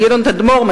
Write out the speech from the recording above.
גדעון תדמור,